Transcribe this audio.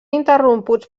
interromputs